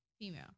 female